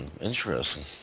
interesting